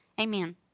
amen